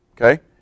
Okay